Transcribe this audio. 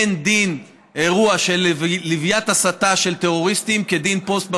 אין דין של אירוע של לוויית הסתה של טרוריסטים כדין פוסט בפייסבוק.